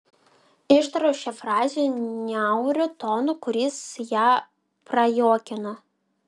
ištariau šią frazę niauriu tonu kuris ją prajuokino